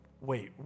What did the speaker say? wait